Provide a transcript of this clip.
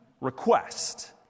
request